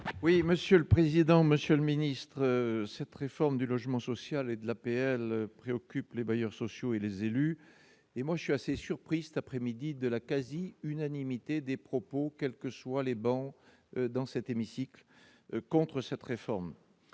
Oui, monsieur le président, Monsieur le ministre, cette réforme du logement social et de l'APL préoccupe les bailleurs sociaux et les élus, et moi je suis assez surpris cet après-midi de la quasi-unanimité des propos, quels que soient les bancs dans cet hémicycle contre cette réforme,